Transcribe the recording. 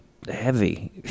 Heavy